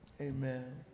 Amen